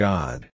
God